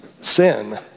sin